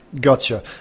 Gotcha